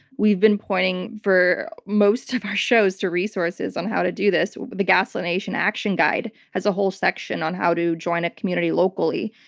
we've been pointing, for most of our shows, to resources on how to do this. the gaslit nation action guide has a whole section on how to join a community locally.